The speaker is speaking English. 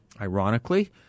Ironically